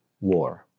war